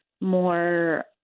more